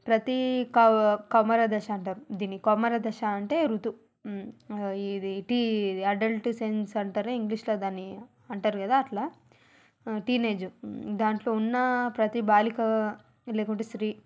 ప్రతీ కౌ కౌమారదశ అంటారు దీన్ని కౌమారదశ అంటే ఋతు ఇది టీ అడల్ట్ సెన్స్ అంటరు ఇంగ్లీష్లో దాన్నీ అంటారు కదా అట్లా టీనేజు దాంట్లో ఉన్న ప్రతి బాలిక లేకుంటే స్త్రీ